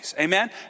Amen